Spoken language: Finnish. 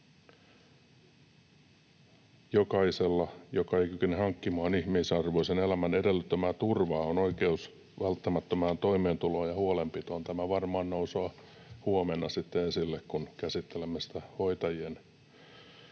”Jokaisella, joka ei kykene hankkimaan ihmisarvoisen elämän edellyttämää turvaa, on oikeus välttämättömään toimeentuloon ja huolenpitoon.” Tämä varmaan nousee huomenna sitten esille, kun käsittelemme hoitajien